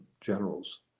generals